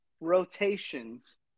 Rotations